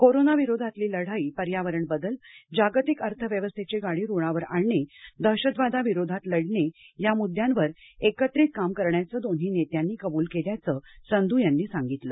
corona विरोधातली लढाई पर्यावरण बदल जागतिक अर्थव्यवस्थेची गाडी रुळावर आणणे दहशतवादाविरोधात लढणे या मुद्द्यांवर एकत्रित काम करण्याचं दोन्ही नेत्यांनी कबूल केल्याचं संधू यांनी सांगितलं